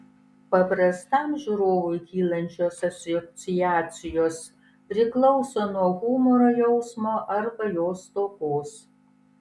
paprastam žiūrovui kylančios asociacijos priklauso nuo humoro jausmo arba jo stokos